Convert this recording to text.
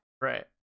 Right